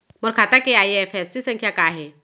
मोर खाता के आई.एफ.एस.सी संख्या का हे?